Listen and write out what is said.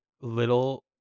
little